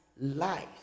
life